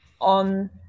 on